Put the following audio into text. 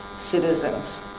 citizens